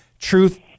truth